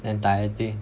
entire thing